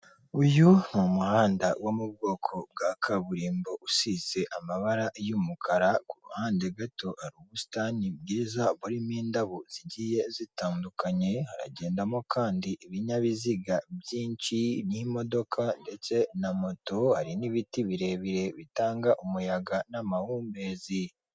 Uyu ni umuhanda wo mu bwoko bwa kaburimbo usize amabara y'umukara, ku ruhande gato hari ubusitani bwiza burimo indabo zigiye zitandukanye, haragendamo kandi ibinyabiziga byinshi by'imodoka ndetse na moto, hari n'ibiti birebire bitanga umuyaga n'amahumbezi.